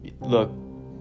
look